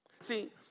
See